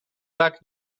tak